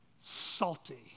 Salty